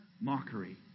mockery